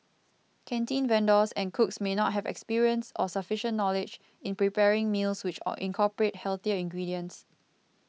canteen vendors and cooks may not have experience or sufficient knowledge in preparing meals which incorporate healthier ingredients